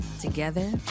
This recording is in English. Together